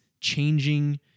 changing